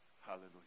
Hallelujah